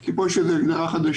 כי פה יש איזו הגדרה חדשה.